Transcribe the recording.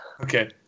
Okay